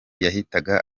yahitaga